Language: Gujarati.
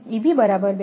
5 છે બરાબર 2